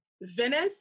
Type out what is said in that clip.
Venice